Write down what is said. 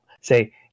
say